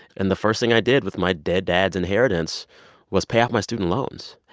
and the first thing i did with my dead dad's inheritance was pay off my student loans.